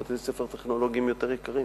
יש מחסור בבתי-ספר טכנולוגיים מקצועיים